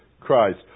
Christ